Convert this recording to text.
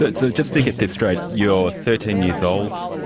but so, just to get this straight you're thirteen years old,